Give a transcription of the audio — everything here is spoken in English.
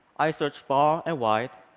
i searched far and wide,